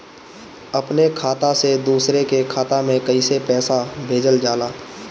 अपने खाता से दूसरे के खाता में कईसे पैसा भेजल जाला?